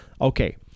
Okay